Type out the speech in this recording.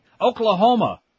Oklahoma